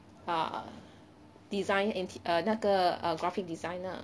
err design anti 那个 err graphic designer